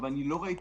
אז בוא,